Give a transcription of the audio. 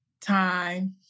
time